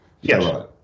Yes